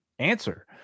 answer